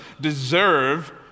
deserve